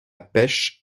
pêche